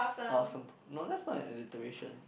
or some no that's like alliteration